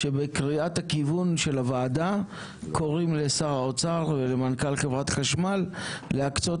שבקריאת הכיוון של המועצה קוראים לשר האוצר ולמנכ"ל חברת חשמל להקצות